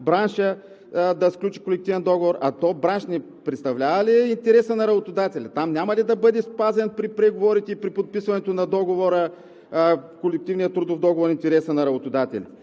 браншът да сключи колективен договор, а браншът не представлява ли интереса на работодателя? Там няма ли да бъде спазен при преговорите и при подписването на колективния трудов договор интересът на работодателя?